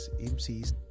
MCs